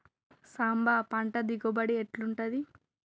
సాంబ పంట దిగుబడి ఎట్లుంటది?